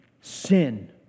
sin